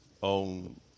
on